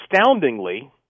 astoundingly